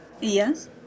Yes